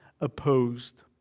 opposed